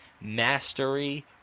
mastery